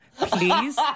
please